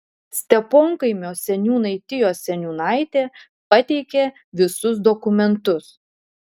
steponkaimio seniūnaitijos seniūnaitė pateikė visus dokumentus